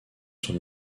son